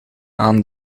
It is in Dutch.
aan